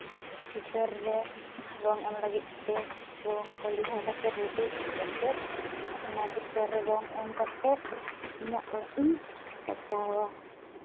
ᱪᱤᱛᱟᱹᱨ ᱨᱮ ᱨᱚᱝ ᱮᱢ ᱞᱟᱹᱜᱤᱫ ᱛᱮ ᱨᱚᱝ ᱠᱚ ᱞᱮᱣᱦᱟ ᱠᱟᱛᱮᱫ ᱨᱮ ᱰᱤ ᱠᱟᱛᱮᱫ ᱚᱱᱟ ᱪᱤᱛᱟᱹᱨ ᱨᱮ ᱨᱚᱝ ᱮᱢ ᱠᱟᱛᱮᱫ ᱤᱧᱟᱹᱜ ᱚᱲᱟᱜ ᱤᱧ ᱥᱟᱡᱟᱣᱟ